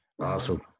Awesome